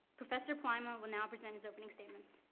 professor palaima will now present his opening statements.